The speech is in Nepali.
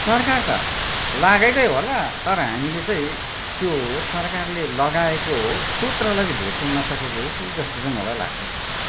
तर सरकार त लागेकै होला तर हामीले चाहिँ त्यो सरकारले लगाएको सूत्रलाई चाहिँ भेट्नु नसकेको हो कि जस्तो चाहिँ मलाई लाग्छ